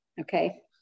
Okay